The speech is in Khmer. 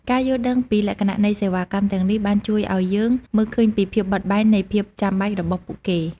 ការយល់ដឹងពីលក្ខណៈនៃសេវាកម្មទាំងនេះបានជួយឱ្យយើងមើលឃើញពីភាពបត់បែននិងភាពចាំបាច់របស់ពួកគេ។